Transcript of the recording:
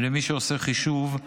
ולמי שעושה חישוב,